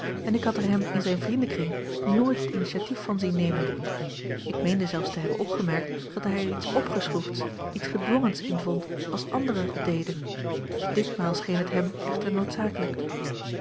en ik had er hem in zijn vriendenkring nooit het initiatief van zien nemen ik meende zelfs te hebben opgemerkt dat hij er iets opgeschroefds iets gedwongens in vond als anderen het deden ditmaal scheen het hem echter noodzakelijk